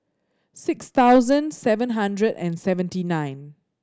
six thousand seven hundred and seventy nine